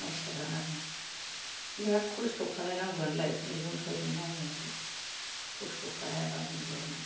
माइसा दाङाबा बिराद खस्थ' खालायनांगौ आनोलाय मैगं थाइगं मावनायाबो खस्थ' खालायाबा मोनजाया ना